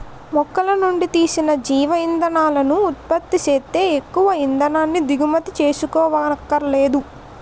మొక్కలనుండి తీసిన జీవ ఇంధనాలను ఉత్పత్తి సేత్తే ఎక్కువ ఇంధనాన్ని దిగుమతి సేసుకోవక్కరనేదు